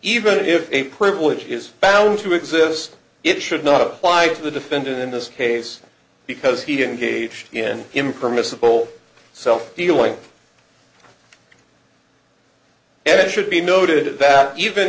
even if a privilege his found to exist it should not apply to the defendant in this case because he didn't gauge in impermissible self dealing and it should be noted that even